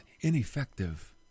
ineffective